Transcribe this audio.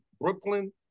Brooklyn